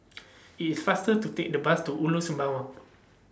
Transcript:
It's faster to Take The Bus to Ulu Sembawang